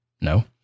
No